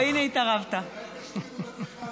תודה